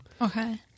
Okay